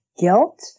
guilt